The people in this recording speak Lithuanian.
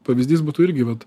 pavyzdys būtų irgi vat